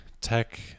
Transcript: tech